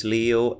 Leo